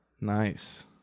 nice